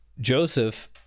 Joseph